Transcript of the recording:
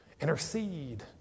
intercede